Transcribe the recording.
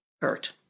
hurt